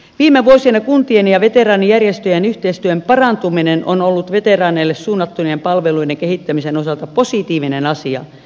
viime vuosina kuntien ja veteraanijärjestöjen yhteistyön parantuminen on ollut veteraaneille suunnattujen palveluiden kehittämisen osalta positiivinen asia